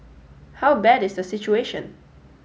how bad is the situation